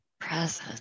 presence